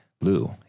Lou